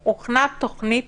של מבקרים